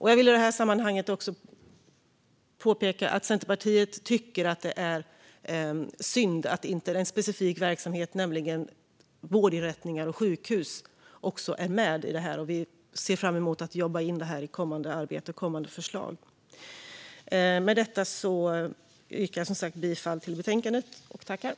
Jag vill i det här sammanhanget också påpeka att Centerpartiet tycker att det är synd att inte vårdinrättningar och sjukhus är med i det här. Vi ser fram emot att jobba in det i kommande arbete och kommande förslag. Med detta yrkar jag bifall till utskottets förslag i betänkandet.